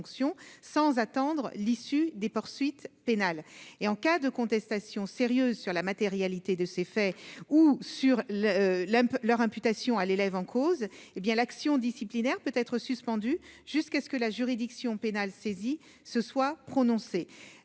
sans attendre l'issue des poursuites pénales et en cas de contestation sérieuse sur la matérialité de ces faits, ou sur le lait leur imputation à l'élève en cause, hé bien l'action disciplinaire peut être suspendue jusqu'à ce que la juridiction pénale se soit prononcé,